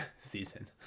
season